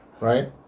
Right